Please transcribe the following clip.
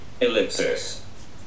Ellipsis